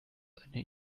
eine